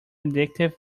addictive